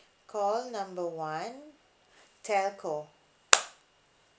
call number one telco